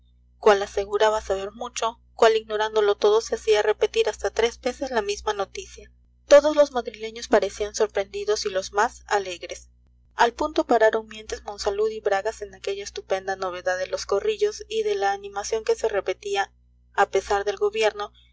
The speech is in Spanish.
cuál aseguraba saber mucho cuál ignorándolo todo se hacía repetir hasta tres veces la misma noticia todos los madrileños parecían sorprendidos y los más alegres al punto pararon mientes monsalud y bragas en aquella estupenda novedad de los corrillos y de la animación que se repetía a pesar del gobierno